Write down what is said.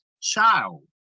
child